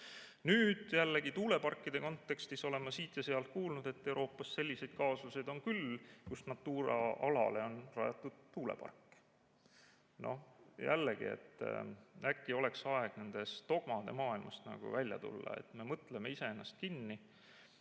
mõjud. Tuuleparkide kontekstis olen ma siit ja sealt kuulnud, et Euroopas selliseid kaasusi on küll, kus Natura alale on rajatud tuulepark. Jällegi, äkki oleks aeg nende dogmade maailmast välja tulla? Me mõtleme iseennast kinni